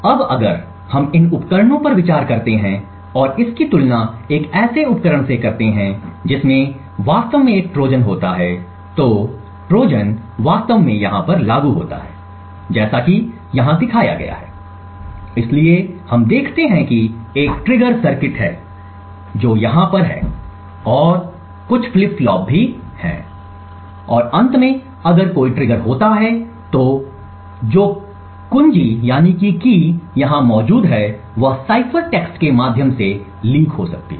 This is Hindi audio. अब अगर हम इन उपकरणों पर विचार करते हैं और इसकी तुलना एक ऐसे उपकरण से करते हैं जिसमें वास्तव में एक ट्रोजन होता है तो ट्रोजन वास्तव में यहाँ पर लागू होता है जैसा कि यहाँ दिखाया गया है इसलिए हम देखते हैं कि एक ट्रिगर सर्किट है जो यहाँ पर है और कुछ फ्लिप फ्लॉप भी है और अंत में अगर कोई ट्रिगर होता है तो जो कुंजी यहां मौजूद है वह साइफर टेक्स्ट के माध्यम से लीक हो सकती है